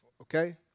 okay